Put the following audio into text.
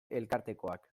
elkartekoak